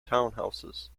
townhouses